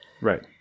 Right